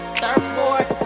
surfboard